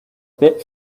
bit